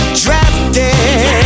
drafted